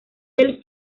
del